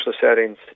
settings